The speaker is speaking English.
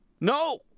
No